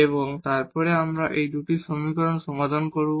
এবং তারপরে আমরা এই দুটি সমীকরণ সমাধান করব